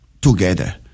together